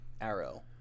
Arrow